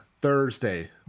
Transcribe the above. Thursday